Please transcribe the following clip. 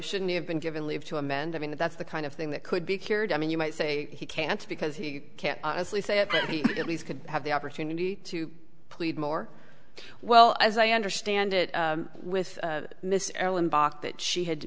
shouldn't have been given leave to amend i mean that's the kind of thing that could be cured i mean you might say he can't because he can't honestly say if he at least could have the opportunity to plead more well as i understand it with miss ellen bach that she had